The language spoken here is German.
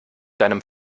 deinem